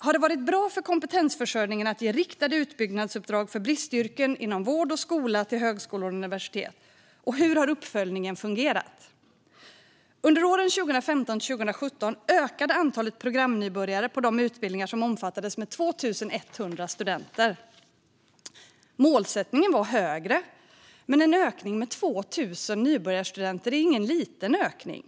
Har det varit bra för kompetensförsörjningen att ge riktade utbyggnadsuppdrag för bristyrken inom vård och skola till högskolor och universitet? Och hur har uppföljningen fungerat? Under åren 2015-2017 ökade antalet programnybörjare på de utbildningar som omfattades med 2 100 studenter. Målsättningen var högre, men en ökning med över 2 000 nybörjarstudenter är ingen liten ökning.